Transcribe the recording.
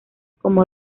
como